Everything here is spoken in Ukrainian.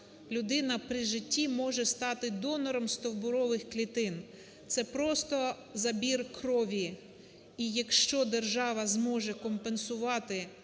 людина при житті може стати донором стовбурових клітин, це просто забір крові. І якщо держава зможе компенсувати